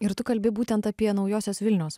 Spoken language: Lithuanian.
ir tu kalbi būtent apie naujosios vilnios